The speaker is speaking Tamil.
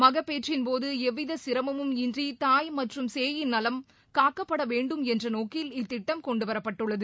மகபேற்றின்போது எவ்வித சிரமும் இன்றி தாய் மற்றும் கேயின் நலம் காக்கப்படவேண்டும் என்ற நோக்கில் இந்திட்டம் கொண்டுவரப்பட்டுள்ளது